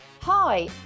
Hi